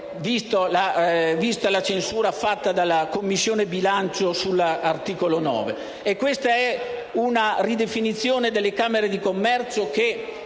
vista la censura fatta dalla Commissione bilancio sull'articolo 9. Si tratta di una ridefinizione delle Camere di commercio che,